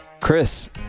Chris